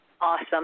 awesome